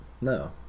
No